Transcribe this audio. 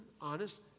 honest